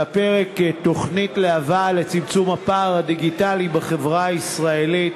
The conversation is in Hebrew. על הפרק תוכנית להב"ה לצמצום הפער הדיגיטלי בחברה הישראלית,